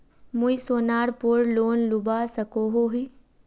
मुई सोनार पोर लोन लुबा सकोहो ही?